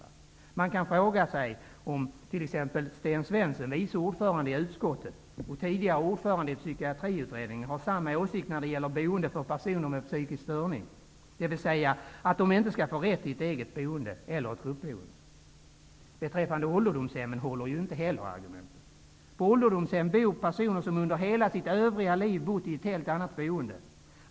Det finns skäl att fråga sig om t.ex. Sten Svensson, vice ordförande i utskottet och tidigare ordförande i psykiatriutredningen, har samma åsikt när det gäller boende för personer med psykisk störning, dvs. att de inte skall få rätt till ett eget boende eller ett gruppboende. Inte heller beträffande ålderdomshemmen håller argumentet. På ålderdomshem bor personer som under hela sitt övriga liv bott i ett helt annat boende.